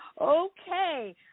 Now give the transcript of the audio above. Okay